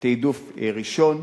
תעדוף ראשון.